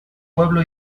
pueblo